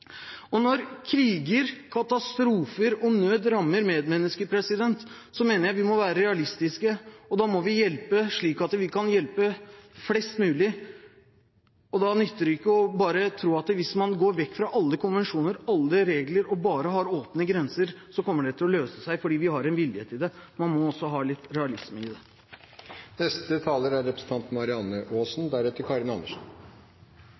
Når kriger, katastrofer og nød rammer medmennesker, mener jeg vi må være realistiske, og da må vi hjelpe slik at vi kan hjelpe flest mulig. Da nytter det ikke bare å tro at hvis man går bort fra alle konvensjoner, alle regler og bare har åpne grenser, kommer det til å løse seg fordi vi har en vilje til det. Man må også ha litt realisme i det.